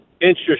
interest